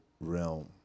realm